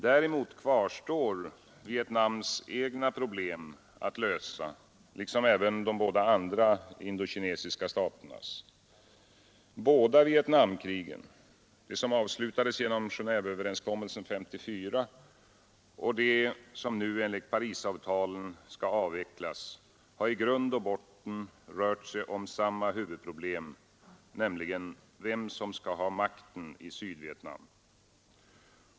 Däremot kvarstår Vietnams egna problem att lösa liksom även de båda andra indokinesiska staternas. Båda Vietnamkrigen — det som nu avslutades genom Gentveöverenskommelsen 1954 och det som nu enligt Parisavtalen skall avvecklas — har i grund och botten rört sig om samma huvudproblem, nämligen vem som skall ha makten i Sydvietnam.